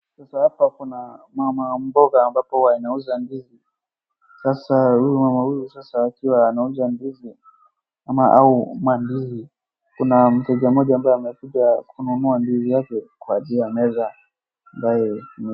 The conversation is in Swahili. Sasa hapa kuna mamamboga ambapo huwa inauza mandizi. Sasa mama huyu sasa akiwa anauza ndizi ama au mandizi. Kuna mteja mmoja ambaye amekuja kununua ndizi yake kwa juu ya meza ambaye ni.